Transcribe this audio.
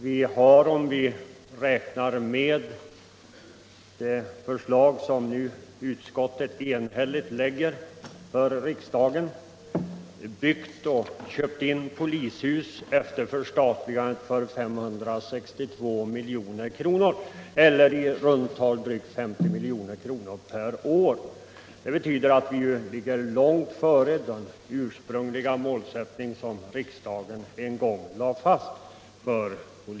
Vi har, om man räknar med det förslag som nu utskottet enhälligt lägger fram för riksdagen, efter polisväsendets förstatligande byggt och köpt in polishus för 562 milj.kr. eller i runt tal drygt 50 milj.kr. per år. Det betyder att vi ligger långt före vad som förutsattes i det program för polishusbyggen som riksdagen en gång lade fast.